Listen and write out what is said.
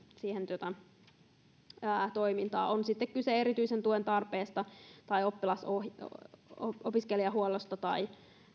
siihen toimintaan on sitten kyse erityisen tuen tarpeesta tai opiskelijahuollosta tai